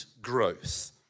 growth